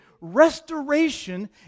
restoration